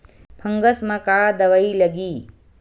Fungus म का दवाई लगी?